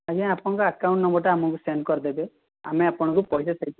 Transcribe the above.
ଆଜ୍ଞା ଆପଣଙ୍କ ଆକାଉଣ୍ଟ୍ ନମ୍ବର୍ଟା ଆମକୁ ସେଣ୍ଡ୍ କରିଦେବେ ଆମେ ଆପଣଙ୍କୁ ପଇସା ଦେଇଦେବୁ